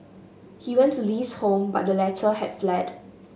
he went to Li's home but the latter had fled